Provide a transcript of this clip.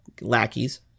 lackeys